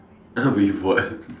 !huh! with what